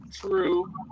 true